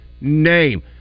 name